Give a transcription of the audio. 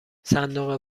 صندوق